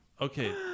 Okay